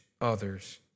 others